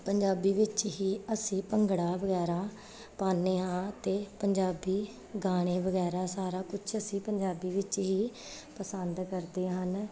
ਪੰਜਾਬੀ ਵਿੱਚ ਹੀ ਅਸੀਂ ਭੰਗੜਾ ਵਗੈਰਾ ਪਾਉਂਦੇ ਹਾਂ ਅਤੇ ਪੰਜਾਬੀ ਗਾਣੇ ਵਗੈਰਾ ਸਾਰਾ ਕੁਛ ਅਸੀਂ ਪੰਜਾਬੀ ਵਿੱਚ ਹੀ ਪਸੰਦ ਕਰਦੇ ਹਨ